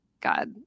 God